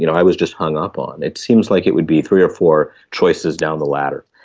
you know i was just hung up on. it seems like it would be three or four choices down the ladder.